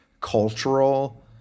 cultural